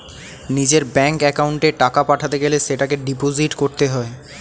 নিজের ব্যাঙ্ক অ্যাকাউন্টে টাকা পাঠাতে গেলে সেটাকে ডিপোজিট করতে হয়